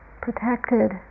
protected